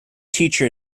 teacher